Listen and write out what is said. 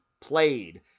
played